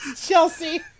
Chelsea